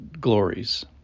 glories